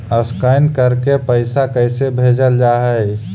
Scan करके पैसा कैसे भेजल जा हइ?